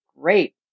great